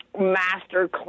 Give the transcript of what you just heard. master